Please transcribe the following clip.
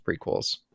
prequels